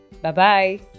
Bye-bye